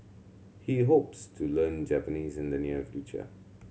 he hopes to learn Japanese in the near future